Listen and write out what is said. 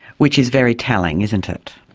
which is very telling, isn't it.